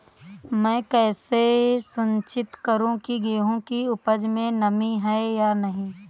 मैं कैसे सुनिश्चित करूँ की गेहूँ की उपज में नमी है या नहीं?